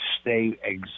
Stay